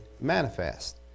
manifest